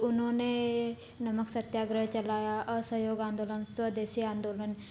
उन्होंने नमक सत्याग्रह चलाया असहयोग आंदोलन स्वदेशी आंदोलन